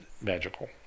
magical